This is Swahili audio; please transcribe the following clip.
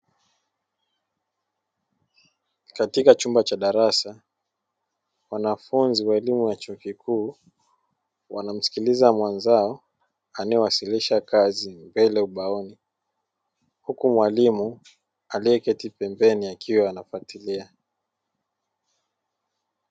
Katika chumba cha darasa, wanafunzi wa elimu ya chuo kikuu wanamsikiliza mwenzao anayewasilisha kazi, mbeleubaoni, huku mwalimu aliyeketi pembeni akiwa anafuatilia.